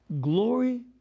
Glory